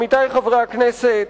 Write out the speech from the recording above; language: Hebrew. עמיתי חברי הכנסת,